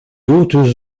hautes